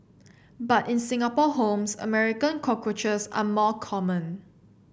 but in Singapore homes American cockroaches are more common